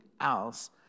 else